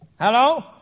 Hello